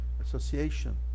association